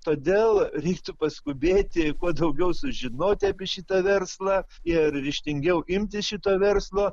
todėl reiktų paskubėti kuo daugiau sužinoti apie šitą verslą ir ryžtingiau imtis šito verslo